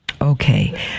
Okay